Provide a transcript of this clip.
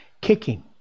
kicking